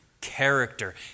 character